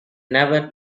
never